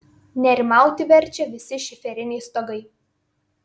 nerimauti verčia visi šiferiniai stogai